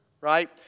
right